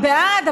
אני בעד,